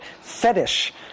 fetish